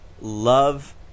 love